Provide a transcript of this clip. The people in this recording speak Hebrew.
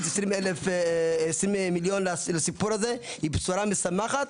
20 מיליון לסיפור הזה היא בשורה משמחת,